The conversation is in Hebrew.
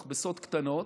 מכבסות קטנות.